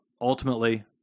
ultimately